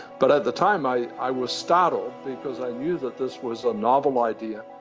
but at the time i i was startled because i knew that this was a novel idea.